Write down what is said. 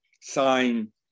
sign